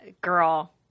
girl